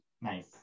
Nice